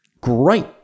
great